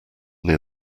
near